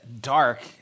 dark